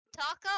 Taco